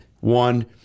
one